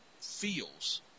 feels